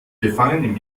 gefangen